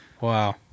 Wow